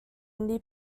indie